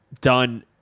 done